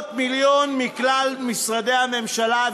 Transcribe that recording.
900 מיליון מכלל משרדי הממשלה,